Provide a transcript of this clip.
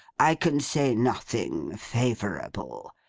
i can say nothing favourable.